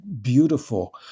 beautiful